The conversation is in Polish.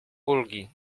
ulgi